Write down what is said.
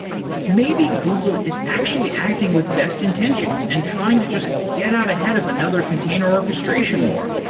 maybe google is actually acting with best intentions and trying to just get out ahead of another container orchestration war.